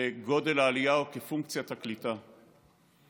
וגודל העלייה הוא כפונקציית הקליטה.